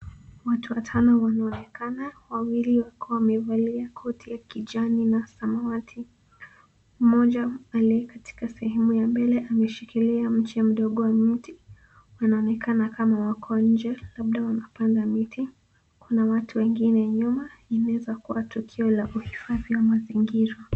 Watu watano wanaonekana, wawili wakiwa wamevalia koti ya kijani na samawati. Mmoja aliye katika sehemu ya mbele ameshikilia mche mdogo wa mti. Wanaonekana kama wako nje labda wanapanda miti. Kuna watu wengine nyuma, inaweza kuwa tukio la uhifadhi wa mazingira.